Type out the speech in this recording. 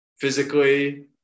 physically